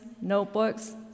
notebooks